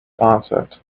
answered